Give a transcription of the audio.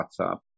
WhatsApp